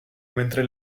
mentre